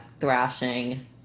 thrashing